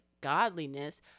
godliness